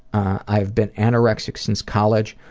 i've been anorexic since college,